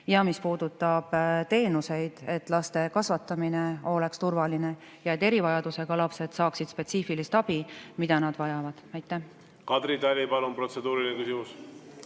ja puudutab teenuseid, et laste kasvatamine oleks turvaline ja et erivajadusega lapsed saaksid spetsiifilist abi, mida nad vajavad. Suur